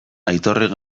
aitorrek